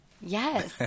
Yes